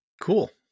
Cool